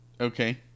okay